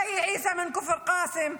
מאי עיסא מכפר קאסם,